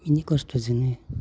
बेनि खस्थ'जोंनो